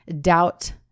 doubt